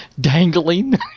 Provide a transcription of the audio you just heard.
Dangling